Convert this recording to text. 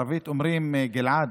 גלעד,